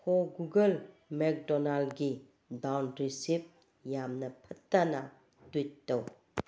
ꯍꯣ ꯒꯨꯒꯜ ꯃꯦꯒ ꯗꯣꯅꯥꯜꯒꯤ ꯗꯥꯎꯟ ꯔꯤꯁꯤꯞ ꯌꯥꯝꯅ ꯐꯠꯇꯅ ꯇ꯭ꯋꯤꯠ ꯇꯧ